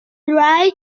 dry